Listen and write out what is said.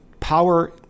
Power